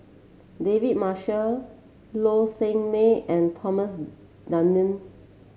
David Marshall Low Sanmay and Thomas Dunman